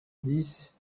dix